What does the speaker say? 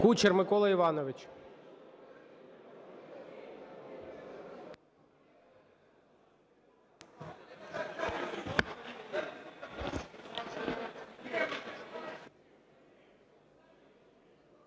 Кучер Микола Іванович.